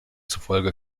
zufolge